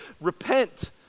repent